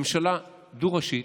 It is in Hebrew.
ממשלה דו-ראשית,